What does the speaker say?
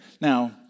Now